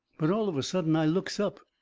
but all of a sudden i looks up,